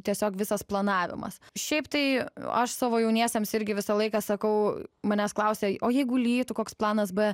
tiesiog visos planavimas šiaip tai aš savo jauniesiems irgi visą laiką sakau manęs klausia o jeigu lytų koks planas b